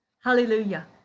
Hallelujah